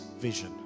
vision